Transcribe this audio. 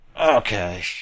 Okay